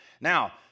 Now